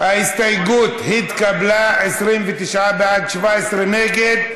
ההסתייגות התקבלה, 29 בעד, 17 נגד.